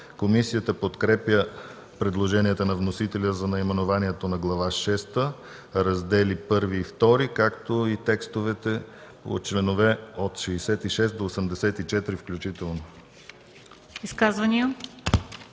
Комисията подкрепя предложенията на вносителя за наименованието на Глава шеста, Раздели І и ІІ, както и текстовете на членове от 66 до 84 включително.